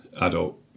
adult